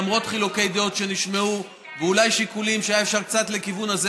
למרות חילוקי דעות שנשמעו ואולי שיקולים שהיה אפשר קצת לכיוון הזה.